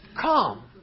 come